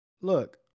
Look